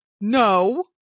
No